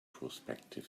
prospective